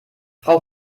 frau